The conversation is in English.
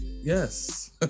Yes